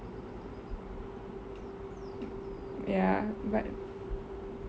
ya but